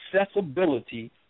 accessibility